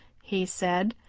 he said.